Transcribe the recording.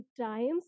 times